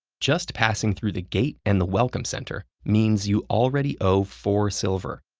just passing through the gate and the welcome center means you already owe four silver.